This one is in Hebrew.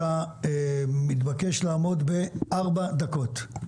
אתה מתבקש לעמוד בארבע דקות.